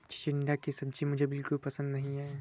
चिचिण्डा की सब्जी मुझे बिल्कुल पसंद नहीं है